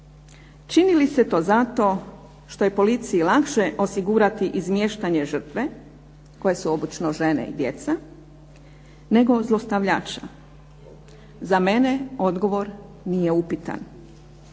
čini li se to zato što je policiji lakše osigurati izmještanje žrtve, koje su obično žene i djeca, nego zlostavljača? Za mene odgovor nije upitan.